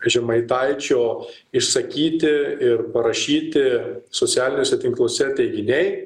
žemaitaičio išsakyti ir parašyti socialiniuose tinkluose teiginiai